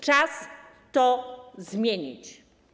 Czas to zmienić.